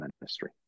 ministry